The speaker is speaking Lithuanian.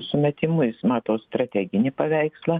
sumetimais mato strateginį paveikslą